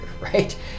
right